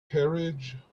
carriage